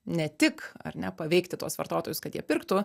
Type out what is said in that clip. ne tik ar ne paveikti tuos vartotojus kad jie pirktų